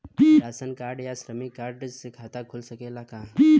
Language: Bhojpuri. राशन कार्ड या श्रमिक कार्ड से खाता खुल सकेला का?